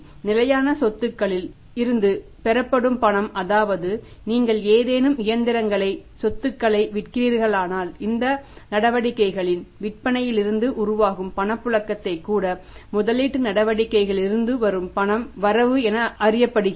நிலையான சொத்துக்களில் இருந்து பெறப்படும் பணம் அதாவது நீங்கள் ஏதேனும் இயந்திரங்களை சொத்துக்களை விற்கிறீர்களானால் இந்த நடவடிக்கைகளின் விற்பனையிலிருந்து உருவாகும் பணப்புழக்கத்தை கூட முதலீட்டு நடவடிக்கைகளில் இருந்து வரும் பண வரவு என அறியப்படுகிறது